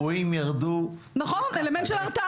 האירועים ירדו לכלום,